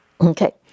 Okay